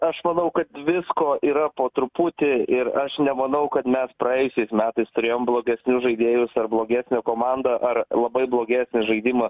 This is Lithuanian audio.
aš manau kad visko yra po truputį ir aš nemanau kad mes praėjusiais metais turėjom blogesnius žaidėjus ar blogesnę komandą ar labai blogesnį žaidimą